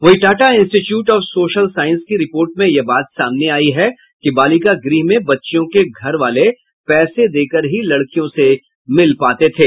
वहीं Tata institute of social science की report में यह बात सामने आयी है कि बालिका गृह में बच्चियों के घर वाले पैसे देकर ही लड़कियों से मिल पाते थे